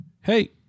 Hey